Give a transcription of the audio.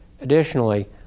Additionally